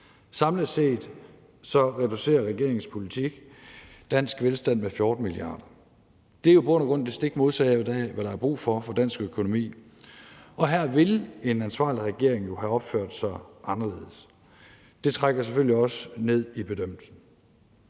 Samlet set reducerer regeringens politik dansk velstand med 14 mia. kr., og det er jo i bund og grund det stik modsatte af, hvad der er brug for i dansk økonomi. Her ville en ansvarlig regering jo have opført sig anderledes. Det trækker selvfølgelig også ned i bedømmelsen.